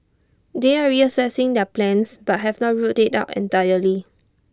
they are reassessing their plans but have not ruled IT out entirely